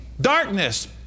darkness